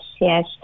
yes